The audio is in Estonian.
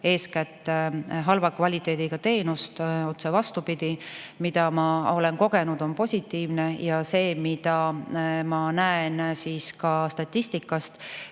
eeskätt halva kvaliteediga teenust. Otse vastupidi: see, mida ma olen kogenud, on positiivne. Ja ma näen ka statistikast,